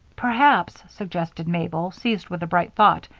perhaps, suggested mabel, seized with a bright thought,